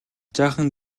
жаахан